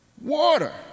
water